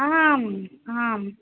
आम् आम्